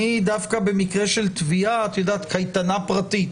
אני דווקא במקרה של תביעה קייטנה פרטית